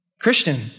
Christian